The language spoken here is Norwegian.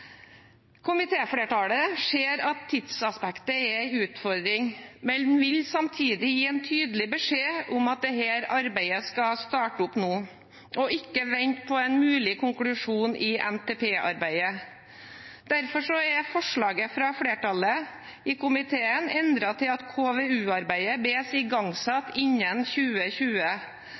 ser at tidsaspektet er en utfordring, men vil samtidig gi en tydelig beskjed om at dette arbeidet skal starte opp nå og ikke vente på en mulig konklusjon i NTP-arbeidet. Derfor er forslaget fra flertallet i komiteen endret til at KVU-arbeidet bes igangsatt innen utgangen av 2020.